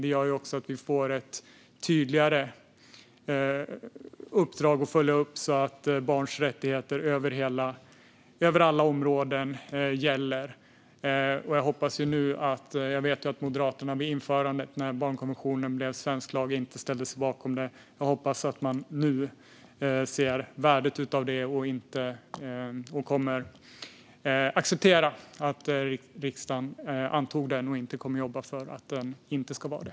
Det gör också att vi får ett tydligare uppdrag att följa upp, så att barns rättigheter gäller över alla områden. När barnkonventionen blev svensk lag ställde sig Moderaterna inte bakom det. Jag hoppas att man nu ser värdet av detta, att man kommer att acceptera att riksdagen antagit barnkonventionen som svensk lag och att man inte kommer att jobba för att den inte ska vara det.